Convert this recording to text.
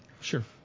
Sure